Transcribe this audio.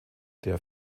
der